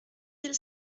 mille